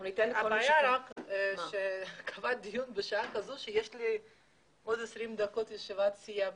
הבעיה היא שקבעת דיון בשעה כזאת ובעוד 20 דקות יש לי ישיבת סיעה.